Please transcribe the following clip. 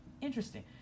Interesting